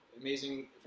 amazing